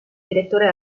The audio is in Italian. direttore